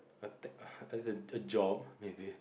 a tech~ a a job maybe